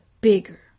bigger